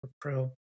pro